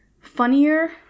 funnier